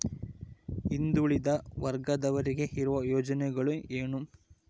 ಹಿಂದುಳಿದ ವರ್ಗದವರಿಗೆ ಇರುವ ಯೋಜನೆಗಳು ಏನು?